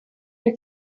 der